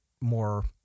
more